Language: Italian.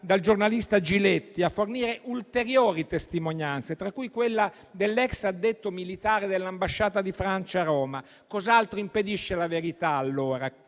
dal giornalista Giletti, a fornire ulteriori testimonianze, tra cui quella dell'ex addetto militare dell'ambasciata di Francia a Roma. Cos'altro impedisce la verità allora?